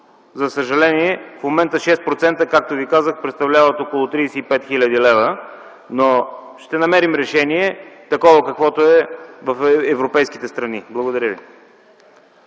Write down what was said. За съжаление, в момента 6%, както Ви казах, представляват около 35 хил. лв. Но ще намерим решение, каквото е в европейските страни. Благодаря Ви.